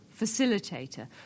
facilitator